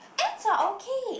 ants are okay